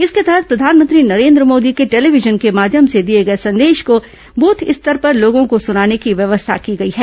इसके तहत प्रधानमंत्री नरेन्द्र मोदी के ंटेलीविजन के माध्यम से दिए गए संदेश को बूथ स्तर पर लोगों को सुनाने की व्यवस्था की गई है